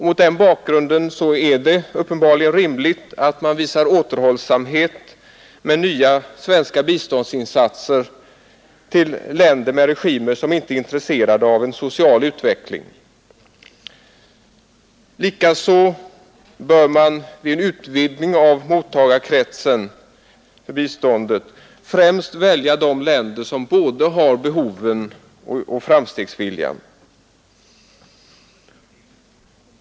Mot den bakgrunden är det rimligt att man visar återhållsamhet med nya svenska biståndsinsatser till länder med regimer som inte är intresserade av en social utveckling. Likaså bör man vid en utvidgning av mottagarkretsen för biståndet främst välja de länder som har både behoven och framstegsviljan.